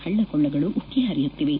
ಹಳ್ಳಕೊಳ್ಳಗಳು ಉಕ್ಕಿ ಹರಿಯುತ್ತಿವೆ